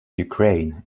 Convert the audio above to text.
ukraine